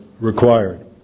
required